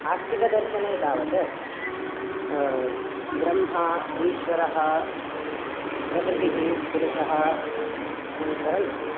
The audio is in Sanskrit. आस्तिकदर्शने तावत् ब्रह्मा ईश्वरः प्रकृतिः पुरुषः अनन्तरम्